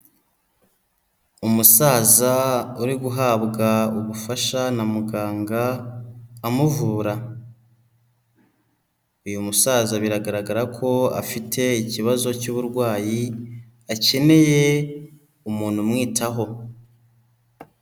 Umusaza uri guhabwa ubufasha na muganga amuvura. Uyu musaza biragaragara ko afite ikibazo cy'uburwayi, akeneye umuntu umwitaho.